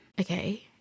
Okay